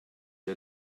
est